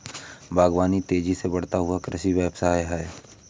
बागवानी तेज़ी से बढ़ता हुआ कृषि व्यवसाय है